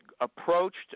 approached